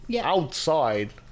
outside